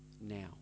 now